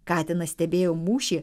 katinas stebėjo mūšį